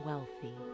Wealthy